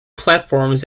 platforms